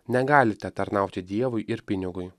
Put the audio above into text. negalite tarnauti dievui ir pinigui